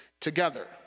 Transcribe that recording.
together